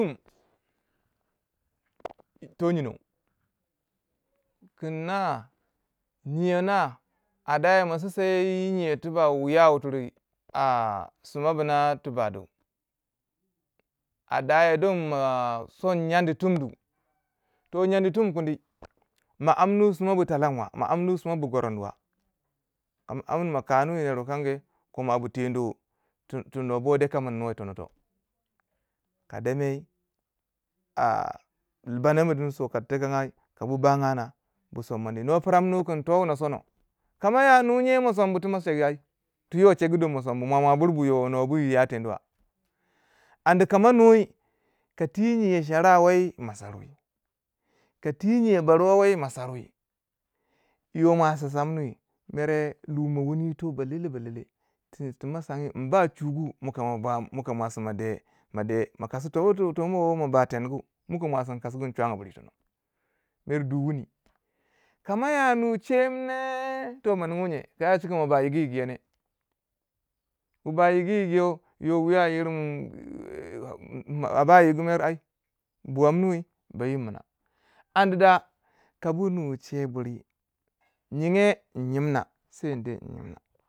kin to nyenou kinah nyeyou na a daya ma sinsai yi nye you wiya wutiri a a sima bina, sima bima tibak du a daya don ma son nyendi tumdi, nyendi tum kwini ma amnuwai sima bi talanwa ma amnu sima bu goronwa kama amni ma kanuwai yi ner wukange koma bu tendwe tu nwo bo dekamin nwo yitono wo ka demai a balam ba bi so ka dekengi ka bu bangi na bama na nawa yi tonoto kademuwi bu sommani no pirumun kin towuna sono ka ma yo nune ma sombu ti ma chegu ai, tiyo chegu don ma sambu mwamwa bur bu yo yi ya tend ba. andi kama nui kati nyiyau chara wi ma saruwi ka ti nyiyau deruwa wi suruwi yo mwasi samini mere lumo wuni yito ba lele ba lele, yir tu mo sanguwi nyin ba chugu muka ma ba muka mwashi mo de, mo kaso to chongo mo ba tengu muka mwasi yin kasugu yin chwanga buri yi tono mer du wuni ka mo ya nu che wu toh ma ningi nye ka ya chika mo ba yigi yigi yo ne, wu ba yigu yigu yo yo wuya yir kun aba yigu mer ai bwammini ba yim mina, andi da ka bu nwu che buri nyinge nyin nyimna sai yin deh yi nyimna.